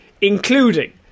Including